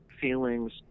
feelings